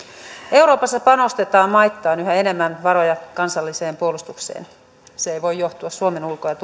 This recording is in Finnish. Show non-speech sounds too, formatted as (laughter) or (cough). euroopassa panostetaan maittain yhä enemmän varoja kansalliseen puolustukseen se ei voi johtua suomen ulko ja (unintelligible)